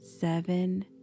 seven